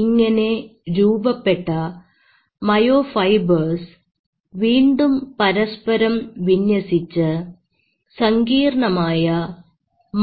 ഇങ്ങനെ രൂപപ്പെട്ട myofibres വീണ്ടും പരസ്പരം വിന്യസിച്ച് സങ്കീർണമായ